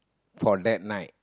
for that night